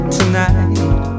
tonight